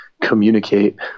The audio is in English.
communicate